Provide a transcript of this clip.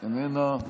איננה,